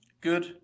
Good